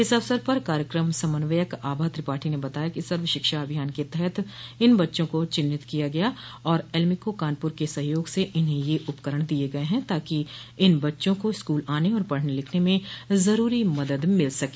इस अवसर पर कार्यक्रम समन्वयक आभा त्रिपाठी ने बताया कि सर्व शिक्षा अभियान के तहत इन बच्चों को चिन्हित किया गया और एल्मिको कानपुर के सहयोग से इन्हें यह उपकरण दिये गये हैं ताकि इन बच्चों को स्कूल आने और पढ़ने लिखने में ज़रूरी मदद मिल सके